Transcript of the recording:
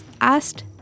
asked